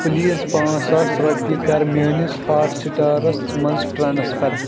please پانٛژھ ساس رۄپیہِ کَر میٛٲنِس ہارٹ سِٹارَس منٛز ٹرٛانٕسفر